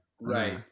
Right